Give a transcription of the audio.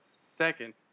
second